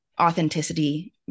authenticity